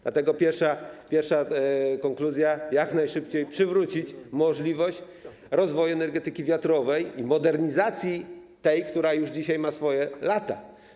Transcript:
Dlatego pierwsza konkluzja: należy jak najszybciej przywrócić możliwość rozwoju energetyki wiatrowej i modernizacji tej, która już dzisiaj ma swoje lata.